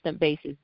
basis